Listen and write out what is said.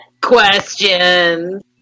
questions